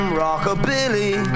rockabilly